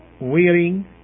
wearing